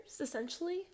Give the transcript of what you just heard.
essentially